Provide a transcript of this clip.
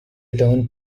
returns